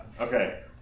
okay